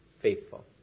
faithful